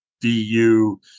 DU